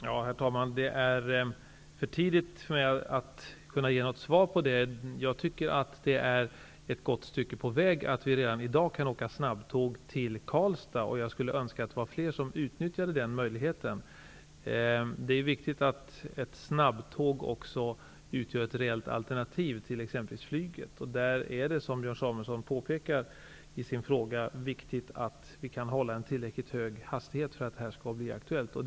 Herr talman! Det är för tidigt för att jag skall kunna ge något svar på det. Det är ett gott stycke på väg att vi redan i dag kan åka snabbtåg till Karlstad, och jag skulle önska att fler utnyttjade den möjligheten. Det är viktigt att ett snabbtåg också utgör ett reellt alternativ till exempelvis flyget. Det är, som Björn Samuelson påpekar i sin fråga, viktigt att vi kan hålla en tillräckligt hög hastighet för att det här skall bli aktuellt.